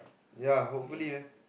yeah hopefully uh